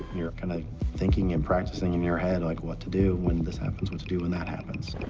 you're kinda thinking and practicing in your head, like, what to do when this happens, what to do when that happens,